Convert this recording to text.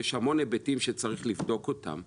יש המון היבטים שצריך לבדוק אותם.